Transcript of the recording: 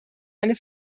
eine